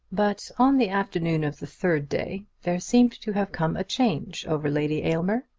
but on the afternoon of the third day there seemed to have come a change over lady aylmer.